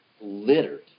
littered